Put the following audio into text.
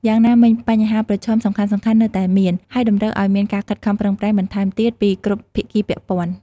យ៉ាងណាមិញ បញ្ហាប្រឈមសំខាន់ៗនៅតែមាន ហើយតម្រូវឱ្យមានការខិតខំប្រឹងប្រែងបន្ថែមទៀតពីគ្រប់ភាគីពាក់ព័ន្ធ។